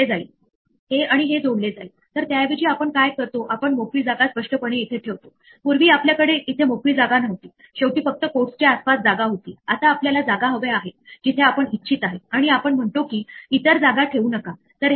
तर हे ठीक आहे आता आपण प्रत्यक्षात हे एक्सेप्शन हॅन्डलींग चा वापर करून पुढील प्रमाणे करू शकतो आपण याला ट्राय ब्लॉक मध्ये टाकून अपेंड करण्याचा प्रयत्न करतो बरोबर आपण असे समजू या की फलंदाज बी हा या डिक्शनरी स्कॉर्स मध्ये आधीपासूनच कि म्हणून अस्तित्वात आहे आणि आपल्या ट्राय ब्लॉक मध्ये स्कॉर्स बी डॉट अपेंड एसआहे